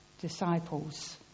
disciples